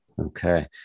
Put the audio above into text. Okay